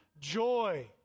joy